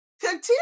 Continue